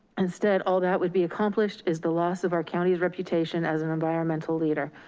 instead, all that would be accomplished is the loss of our county's reputation as an environmental leader.